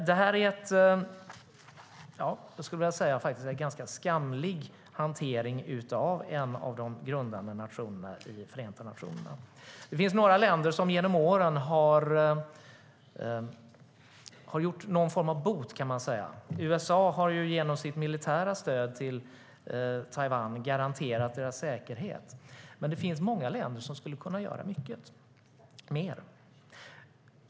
Jag skulle faktiskt vilja säga att det är en ganska skamlig hantering av en av de grundande nationerna i Förenta nationerna. Det finns några länder som genom åren har gjort någon form av bot, kan man säga. USA har genom sitt militära stöd till Taiwan garanterat Taiwans säkerhet. Men det finns många länder som skulle kunna göra mycket mer.